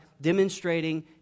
demonstrating